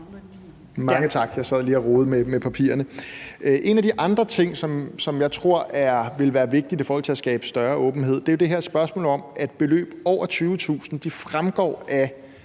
Mange tak. Jeg sad lige og rodede med partierne. En af de andre ting, som jeg tror vil være vigtig i forhold til at skabe større åbenhed, er jo det her spørgsmål om, at beløb over 22.000 kr.,